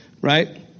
right